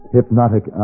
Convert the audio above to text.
Hypnotic